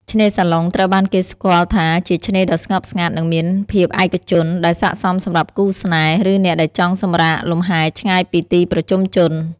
ឆ្នេរសាឡុង ត្រូវបានគេស្គាល់ថាជាឆ្នេរដ៏ស្ងប់ស្ងាត់ និងមានភាពឯកជន ដែលស័ក្តិសមសម្រាប់គូស្នេហ៍ ឬអ្នកដែលចង់សម្រាកលំហែឆ្ងាយពីទីប្រជុំជន។